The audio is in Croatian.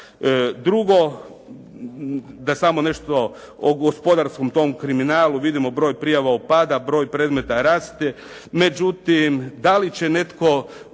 Drugo, da samo nešto o gospodarskom tom kriminalu, vidimo broj prijava opada, broj predmeta raste međutim da li će netko